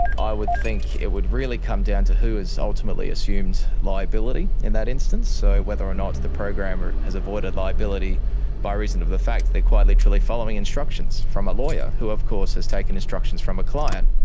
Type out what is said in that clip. i would think it would really come down to who has ultimately assumed liability in that instance, so whether or not the programmer has avoided liability by reason of the fact they are quite literally following instructions from a lawyer who of course has taken instructions from a client.